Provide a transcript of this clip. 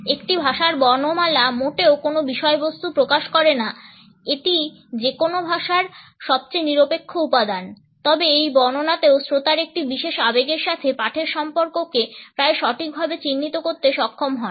একটি ভাষার বর্ণমালা মোটেও কোনো বিষয়বস্তু প্রকাশ করে না এটি যে কোনো ভাষার সবচেয়ে নিরপেক্ষ উপাদান তবে এই বর্ণনাতেও শ্রোতারা একটি বিশেষ আবেগের সাথে পাঠের সম্পর্ককে প্রায় সঠিকভাবে চিহ্নিত করতে সক্ষম হন